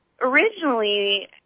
originally